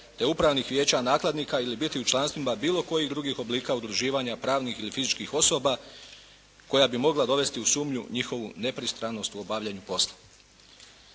te upravnih vijeća nakladnika ili biti u članstvima bilo kojih drugih oblika udruživanja pravnih ili fizičkih osoba koja bi mogla dovesti u sumnju njihovu nepristranost u obavljanju posla.